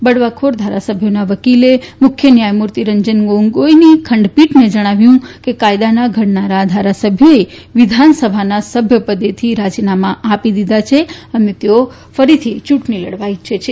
બળવાખોર ધારાસભ્યોના વકીલે મુખ્ય ન્યાયમૂર્તિ રંજન ગોગોઈની ખંડપીઠને જણાવ્યું કે કાયદાના ધડનારા આ ધારાસભ્યોએ વિધાનસભાના સભ્ય પદેથી રાજીનામાં આપી દીધા છે અને તેઓ ફરીથી યૂંટણી લડવા ઈચ્છે છે